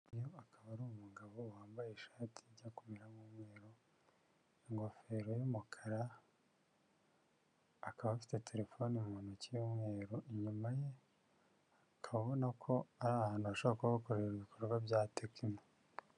Uyu akaba ari umugabo wambaye ishati ijya kumera nk'umweru, ingofero y'umukara, akaba afite terefone mu ntoki y'umweru, inyuma ye ukaba ubona ko ari ahantu hashobora kuba hakorera ibikorwa bya tekino.